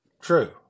True